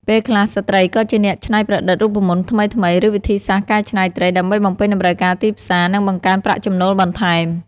ពេលខ្លះ ស្ត្រីក៏ជាអ្នកច្នៃប្រឌិតរូបមន្តថ្មីៗ ឬវិធីសាស្ត្រកែច្នៃត្រី ដើម្បីបំពេញតម្រូវការទីផ្សារ និងបង្កើនប្រាក់ចំណូលបន្ថែម។